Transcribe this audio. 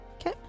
Okay